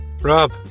Rob